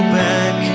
back